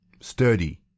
sturdy